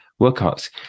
workouts